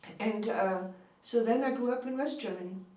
and so then i grew up in west germany,